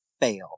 fail